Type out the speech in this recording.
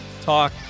talk